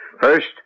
First